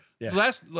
Last